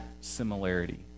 similarity